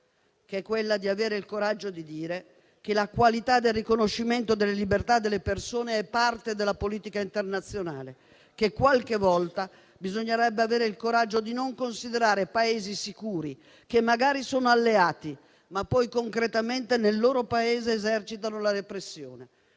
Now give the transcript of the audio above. che è quella di avere il coraggio di dire che la qualità del riconoscimento delle libertà delle persone è parte della politica internazionale: che qualche volta bisognerebbe avere il coraggio di non considerare sicuri Paesi che magari sono alleati, ma poi concretamente nel loro territorio esercitano la repressione.